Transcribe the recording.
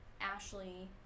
Ashley